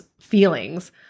feelings